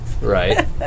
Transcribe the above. Right